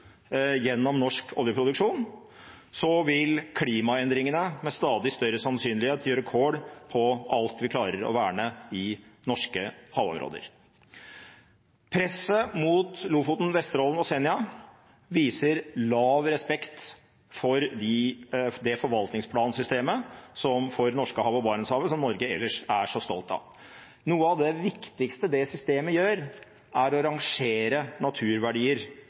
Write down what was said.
gjennom norsk oljeproduksjon, vil klimaendringene med stadig større sannsynlighet gjøre kål på alt vi klarer å verne i norske havområder. Presset mot Lofoten, Vesterålen og Senja viser liten respekt for det forvaltningsplansystemet for Norskehavet og Barentshavet som Norge ellers er så stolte av. Noe av det viktigste det systemet gjør, er å rangere naturverdier